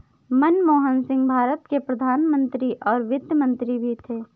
मनमोहन सिंह भारत के प्रधान मंत्री और वित्त मंत्री भी थे